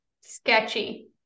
Sketchy